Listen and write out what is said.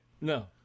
No